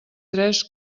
tres